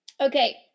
okay